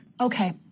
Okay